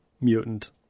mutant